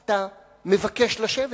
אתה מבקש לשבת,